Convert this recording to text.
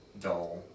dull